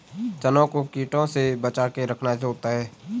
चनों को कीटों से बचाके रखना होता है